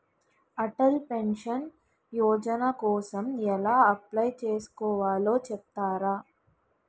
Atal pension Yojana కోసం ఎలా apply చేసుకోవాలో చెపుతారా?